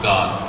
God